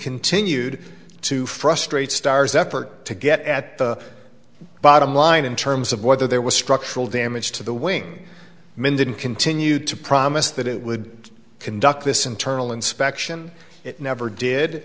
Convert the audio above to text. continued to frustrate starr's effort to get at the bottom line in terms of whether there was structural damage to the wing men didn't continue to promise that it would conduct this internal inspection it never did